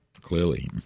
Clearly